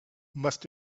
must